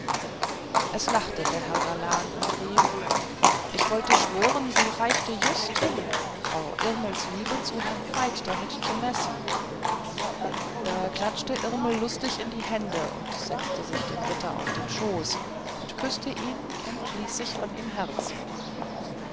es lachte der galan und rief ich wollte schwören sie reichte just hin frau irmels liebe zu herrn veit damit zu messen da klatschte irmel lustig in die hände und setzte sich dem ritter auf den schoß und küßte ihn und ließ sich von ihm herzen